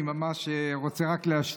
אני ממש רוצה רק להשלים,